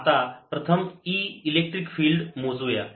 तर आता आपण प्रथम E इलेक्ट्रिक फील्ड मोजुया